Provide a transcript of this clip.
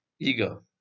Ego